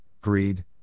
greed